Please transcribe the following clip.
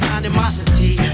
animosity